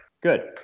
Good